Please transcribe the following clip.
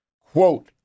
quote